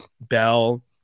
Bell